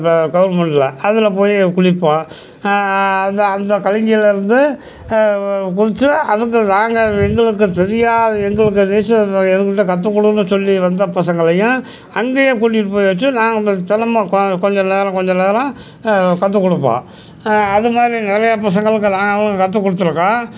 க கவர்மெண்ட்டில் அதில் போய் குளிப்போம் அதுதான் அந்த இருந்து குதித்து அதுக்கு நாங்கள் எங்களுக்கு தெரியாத எங்களுக்கு நீச்சல் எங்கள்கிட்ட கற்றுக் கொடுன்னு சொல்லி வந்த பசங்களையும் அங்கேயே கூட்டிகிட்டு போய் வைச்சு நான் உங்களுக்கு தினமும் கொஞ்சம் கொஞ்ச நேரம் கொஞ்ச நேரம் கற்றுக் கொடுப்போம் அது மாதிரி நிறையா பசங்களுக்கு நாங்களும் கற்றுக் கொடுத்துருக்கோம்